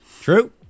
True